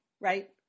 right